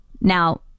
now